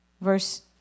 verse